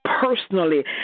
Personally